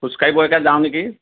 খোজ কাঢ়িবলৈকে যাওঁ নেকি